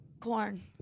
Corn